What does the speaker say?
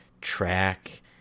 track